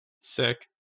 Sick